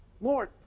Lord